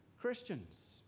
Christians